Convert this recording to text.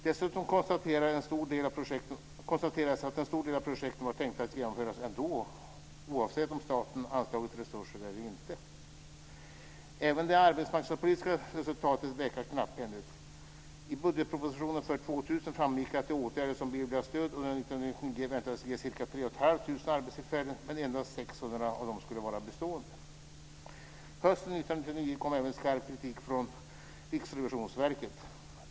Dessutom konstaterades att en stor del av projekten var tänkta att genomföras ändå, oavsett om staten hade anslagit resurser eller inte. Även det arbetsmarknadspolitiska resultatet verkar knapphändigt. I budgetpropositionen för 2000 1999 väntades ge ca 3 500 arbetstillfällen, men endast Hösten 1999 kom även skarp kritik från Riksrevisionsverket.